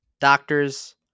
doctors